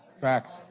Facts